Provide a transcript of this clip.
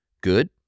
good